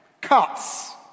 Cuts